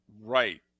Right